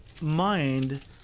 mind